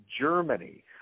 Germany